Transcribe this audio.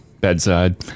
bedside